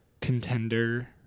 contender